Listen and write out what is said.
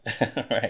Right